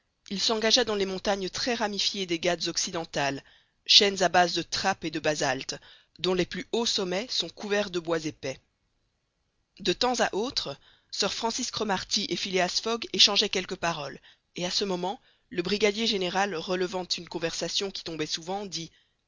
il s'engagea dans les montagnes très ramifiées des ghâtes occidentales chaînes à base de trapp et de basalte dont les plus hauts sommets sont couverts de bois épais de temps à autre sir francis cromarty et phileas fogg échangeaient quelques paroles et à ce moment le brigadier général relevant une conversation qui tombait souvent dit